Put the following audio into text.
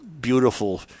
beautiful